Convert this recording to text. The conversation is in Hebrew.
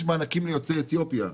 יש מענקים ליוצאי אתיופיה.